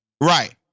Right